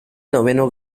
noveno